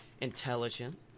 Intelligent